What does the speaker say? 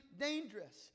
dangerous